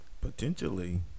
potentially